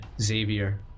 Xavier